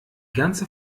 ganze